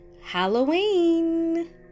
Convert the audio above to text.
halloween